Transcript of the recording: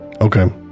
Okay